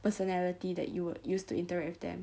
personality that you would use to interact with them